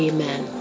Amen